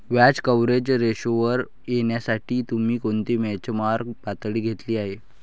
व्याज कव्हरेज रेशोवर येण्यासाठी तुम्ही कोणती बेंचमार्क पातळी घेतली आहे?